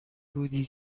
بودی